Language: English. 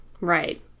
right